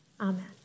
Amen